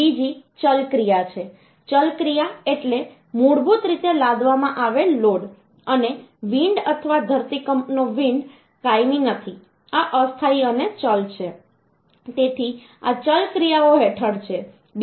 બીજી ચલ ક્રિયા છે ચલ ક્રિયા એટલે મૂળભૂત રીતે લાદવામાં આવેલ લોડ અને વિન્ડ અથવા ધરતીકંપનો વિન્ડ કાયમી નથી આ અસ્થાયી અને ચલ છે તેથી આ ચલ ક્રિયાઓ હેઠળ છે